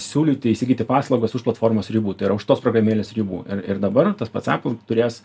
siūlyti įsigyti paslaugas už platformos ribų tai yra už tos programėlės ribų ir ir dabar tas pats epul turės